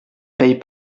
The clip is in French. paie